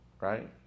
right